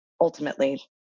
ultimately